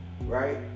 right